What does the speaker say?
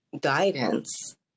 guidance